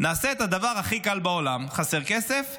נעשה את הדבר הכי קל בעולם: חסר כסף?